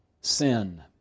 sin